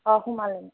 অঁ সোমালোঁ